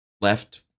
left